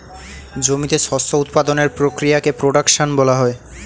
জমিতে শস্য উৎপাদনের প্রক্রিয়াকে প্রোডাকশন বলা হয়